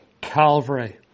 calvary